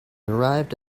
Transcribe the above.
arrived